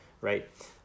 right